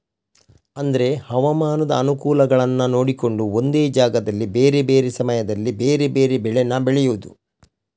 ಅಂದ್ರೆ ಹವಾಮಾನದ ಅನುಕೂಲಗಳನ್ನ ನೋಡಿಕೊಂಡು ಒಂದೇ ಜಾಗದಲ್ಲಿ ಬೇರೆ ಬೇರೆ ಸಮಯದಲ್ಲಿ ಬೇರೆ ಬೇರೆ ಬೆಳೇನ ಬೆಳೆಯುದು